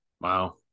Wow